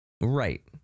Right